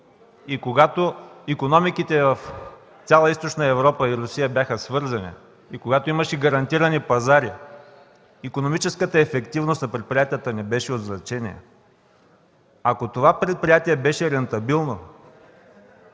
и когато икономиките в цяла Източна Европа и Русия бяха свързани, когато имаше гарантирани пазари, икономическата ефективност на предприятията не беше от значение. Ако това предприятия беше рентабилно,